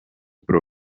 pro